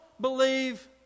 believe